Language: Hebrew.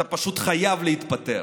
אתה פשוט חייב להתפטר,